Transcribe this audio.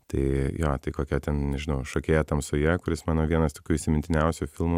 tai jo tai kokia ten nežinau šokėja tamsoje kuris mano vienas tokių įsimintiniausių filmų